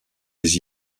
les